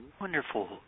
wonderful